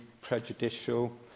prejudicial